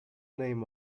name